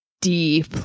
deep